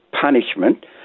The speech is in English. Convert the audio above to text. punishment